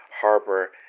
harbor